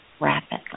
rapidly